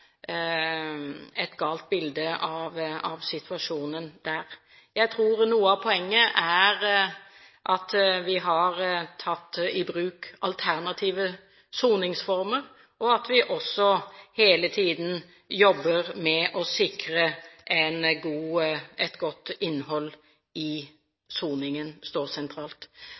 et galt bilde av situasjonen der. Jeg tror noe av poenget er at vi har tatt i bruk alternative soningsformer, og at vi hele tiden jobber med å sikre at et godt innhold i soningen står sentralt.